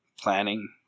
planning